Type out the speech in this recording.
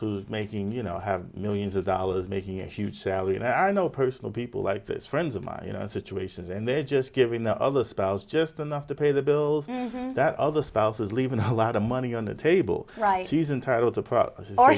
who's making you know have millions of dollars making a huge salary and i know personally people like this friends of mine you know situations and they're just giving the other spouse just enough to pay the bills that other spouse is leaving a lot of money on the table right he's entitled to